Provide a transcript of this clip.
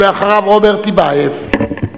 אחריו, רוברט טיבייב.